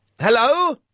Hello